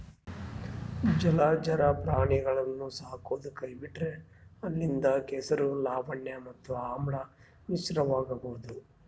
ಜಲಚರ ಪ್ರಾಣಿಗುಳ್ನ ಸಾಕದೊ ಕೈಬಿಟ್ರ ಅಲ್ಲಿಂದ ಕೆಸರು, ಲವಣ ಮತ್ತೆ ಆಮ್ಲ ಮಿಶ್ರಿತವಾಗಬೊದು